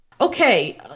okay